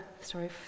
sorry